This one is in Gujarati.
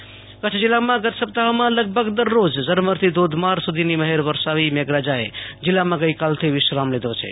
કચ્છ વરસાદ કચ્છ જીલ્લામાં ગત સપ્તાહમાં લગભગ દરરોજ ઝરમરથી ધોધમાર સુધીની મહેર વરસાવી મેઘરાજા એ જીલ્લામાં ગઈકાલથી વિશ્રામ લીધો છે